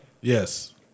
Yes